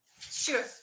Sure